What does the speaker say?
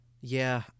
Yeah